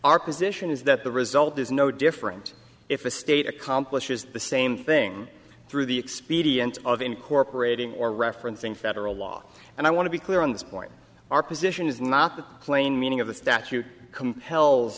our position is that the result is no different if a state accomplishes the same thing through the expedient of incorporating or referencing federal law and i want to be clear on this point our position is not the plain meaning of the statute com